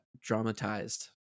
dramatized